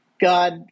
God